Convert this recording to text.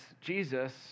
Jesus